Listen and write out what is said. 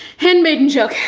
handmaiden joke.